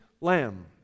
lamb